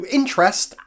interest